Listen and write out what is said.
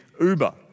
Uber